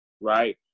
right